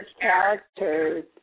characters